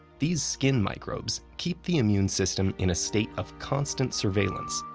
these skin microbes keep the immune system in a state of constant surveillance,